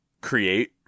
create